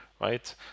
right